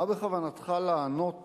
מה בכוונתך לענות